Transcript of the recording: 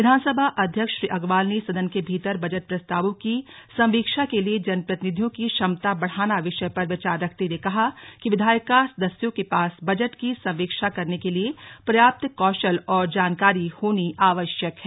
विधानसभा अध्यक्ष श्री अग्रवाल ने सदन के भीतर बजट प्रस्तावों की संवीक्षा के लिए जनप्रतिनिधियों की क्षमता बढ़ाना विषय पर विचार रखते हुए कहा कि विधायिका सदस्यों के पास बजट की संवीक्षा करने के लिए पर्याप्त कौशल और जानकारी होनी आवश्यक है